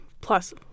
plus